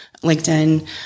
LinkedIn